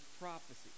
prophecy